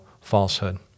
falsehood